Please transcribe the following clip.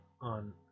on